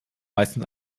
meistens